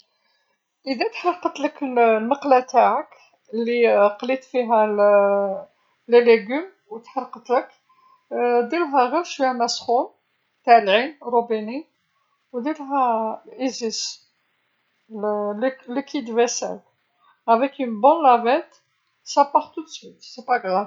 ﻿إذا تحرقتلك ال- المقلة تاعك اللي قليت فيها ال لي ليقوم وتحرقتلك، ديرلها غير شويه ما سخون تاع العين، روبيني، وديرلها ايزيس، لي ليكيد فيسيل افيك اون بون لافيت. سا باغ تودوسويت، سيبا قراف.